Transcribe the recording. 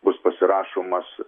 bus pasirašomas